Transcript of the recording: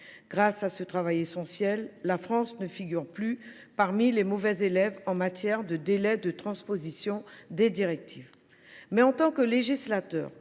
Grâce à ce travail essentiel, la France ne figure plus parmi les mauvais élèves en matière de délais de transposition des directives. Pour autant, les législateurs